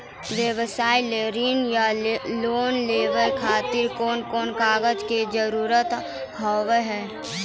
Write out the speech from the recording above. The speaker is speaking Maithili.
व्यवसाय ला ऋण या लोन लेवे खातिर कौन कौन कागज के जरूरत हाव हाय?